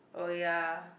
oh ya